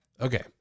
Okay